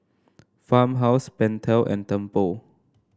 Farmhouse Pentel and Tempur